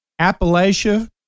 Appalachia